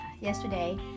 yesterday